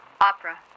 opera